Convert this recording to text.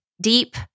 deep